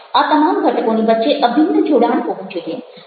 આ તમામ ઘટકોની વચ્ચે અભિન્ન જોડાણ હોવું જોઈએ